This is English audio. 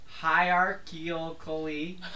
hierarchically